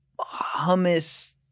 hummus